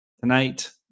tonight